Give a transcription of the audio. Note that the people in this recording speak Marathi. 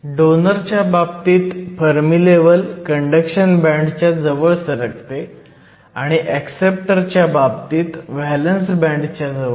डोनर च्या बाबतीत फर्मी लेव्हल कंडक्शन बँड च्या जवळ सरकते आणि ऍक्सेप्टर च्या बाबतीत व्हॅलंस बँड च्या जवळ